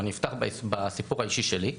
אבל אני אפתח בסיפור האישי שלי.